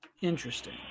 interesting